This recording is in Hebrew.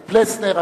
את פלסנר,